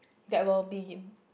that will be